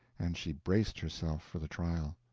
and she braced herself for the trial.